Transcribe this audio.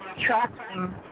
tracking